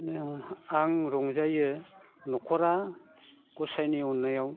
आं रंजायो न'खरा गसायनि अननायाव